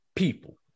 People